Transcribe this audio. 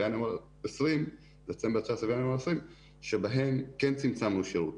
וינואר 2020 שבהם כן צמצמנו שירות.